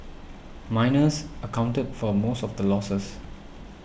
miners accounted for most of the losses